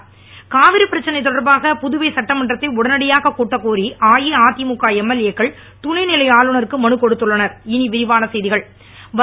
் காவிரி பிரச்சனை தொடர்பாக புதுவை சட்டமன்றத்தை உடனடியாக கூட்டக் கோரி அஇஅதிமுக எம்எல்ஏ க்கள் துணைநிலை ஆளுநருக்கு மனு கொடுத்துள்ளன ர்